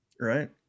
Right